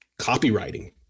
copywriting